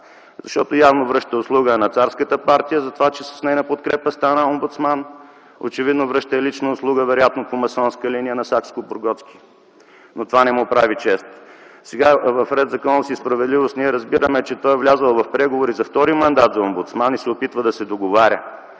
Защото явно връща услуга на царската партия за това, че с нейна подкрепа стана омбудсман. Очевидно връща лична услуга вероятно по масонска линия на Сакскобургготски, но това не му прави чест. Сега в „Ред, законност и справедливост” ние разбираме, че той е влязъл в преговори за втори мандат на омбудсман и се опитва да се договаря,